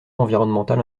environnemental